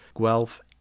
Guelph